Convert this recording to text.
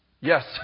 yes